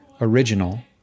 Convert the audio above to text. original